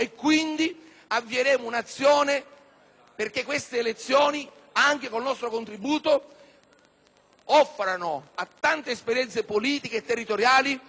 perché queste elezioni, anche grazie al nostro contributo, possano offrire a tante esperienze politiche e territoriali un luogo di cittadinanza, una sede